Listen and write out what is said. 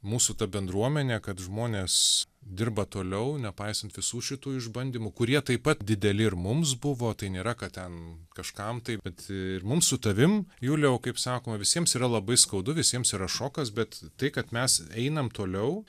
mūsų ta bendruomenė kad žmonės dirba toliau nepaisant visų šitų išbandymų kurie taip pat dideli ir mums buvo tai nėra kad ten kažkam tai bet ir mum su tavim juliau kaip sakoma visiems yra labai skaudu visiems yra šokas bet tai kad mes einam toliau